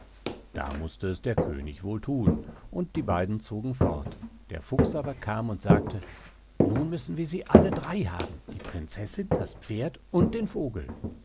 da mußte es der könig wohl thun und die beiden zogen fort der fuchs aber kam und sagte nun müssen wir sie alle drei haben die prinzessin das pferd und den vogel